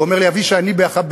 הוא אומר לי: אבישי, אני במיעוט.